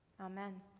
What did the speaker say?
amen